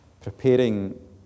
preparing